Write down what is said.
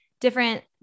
different